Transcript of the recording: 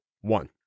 one